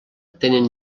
tenen